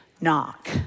knock